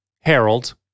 Harold